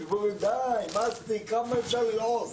די, נמאס לי, כמה אפשר ללעוס?